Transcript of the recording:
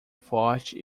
forte